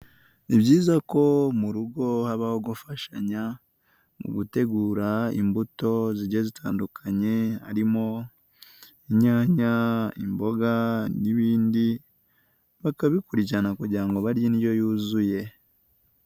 Ni byiza ko mu rugo habaho gufashanya mu gutegura imbuto zigiye zitandukanye, harimo inyanya, imboga n'ibindi bakabikurikirana kugira ngo barye indyo yuzuye.